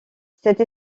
cette